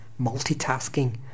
multitasking